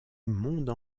monde